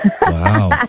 Wow